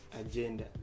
agenda